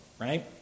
Right